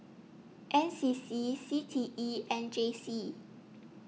N C C C T E and J C